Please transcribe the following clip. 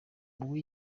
wowe